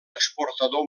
exportador